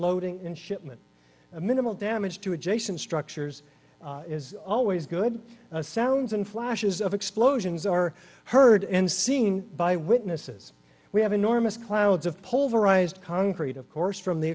loading and shipment a minimal damage to adjacent structures is always good sounds and flashes of explosions are heard and seen by witnesses we have enormous clouds of polarized concrete of course from the